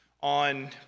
on